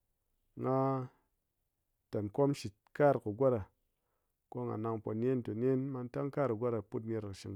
ngha-a-tenkom shi kar kɨ kar ki ngoɗa ko ngha nang po nen ti nen mantang kar kɨ ngoɗa put ner kɨ shing